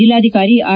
ಜಿಲ್ಲಾಧಿಕಾರಿ ಆರ್